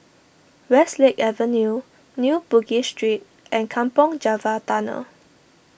Westlake Avenue New Bugis Street and Kampong Java Tunnel